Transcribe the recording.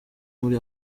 muri